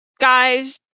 guys